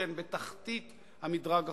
שהן בתחתית המדרג החוקי.